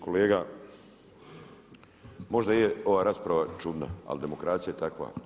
Kolega, možda je ova rasprava čudna, ali demokracija je takva.